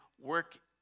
work